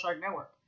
Network